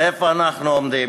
ואיפה אנחנו עומדים.